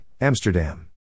Amsterdam